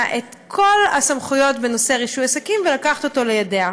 את כל הסמכויות בנושא רישוי עסקים ולקחת אותו לידיה.